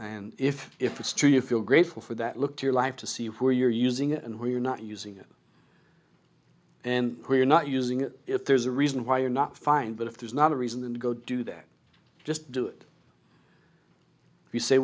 and if if it's true you feel grateful for that look to your life to see where you're using it and where you're not using it and we're not using it if there's a reason why you're not fine but if there's not a reason and go do that just do it if you say